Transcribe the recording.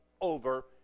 over